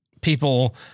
People